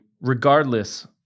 regardless